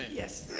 yes,